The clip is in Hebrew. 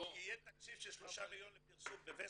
יהיה תקציב של שלושה מיליון לפרסום בוסטי,